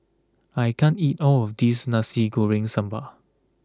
I can't eat all of this Nasi Goreng Sambal